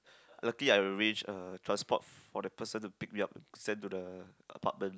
lucky I arrange uh transport for the person to pick me up send to the apartment